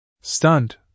Stunned